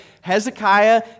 Hezekiah